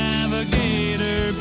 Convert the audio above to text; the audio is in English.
Navigator